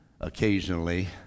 occasionally